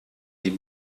die